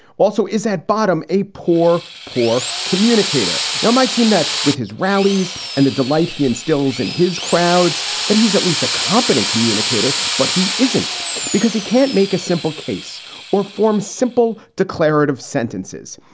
also is at bottom a poor, poor communicator. now might seem that with his rallies and the delight he instills in his crowds, that he's at least a competent communicator. but he isn't because he can't make a simple case or form simple declarative sentences.